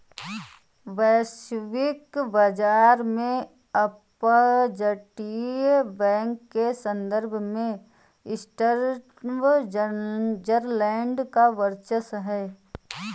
वैश्विक बाजार में अपतटीय बैंक के संदर्भ में स्विट्जरलैंड का वर्चस्व है